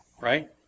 right